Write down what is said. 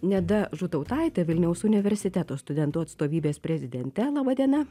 neda žutautaite vilniaus universiteto studentų atstovybės prezidente laba diena